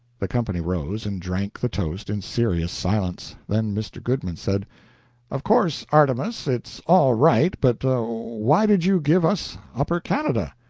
the company rose and drank the toast in serious silence. then mr. goodman said of course, artemus, it's all right, but why did you give us upper canada?